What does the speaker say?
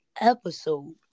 episode